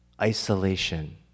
isolation